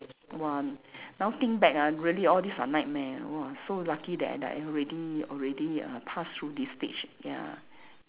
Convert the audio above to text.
!wah! now think back ah really all these are nightmare !wah! so lucky that that I already already uh pass through this stage ya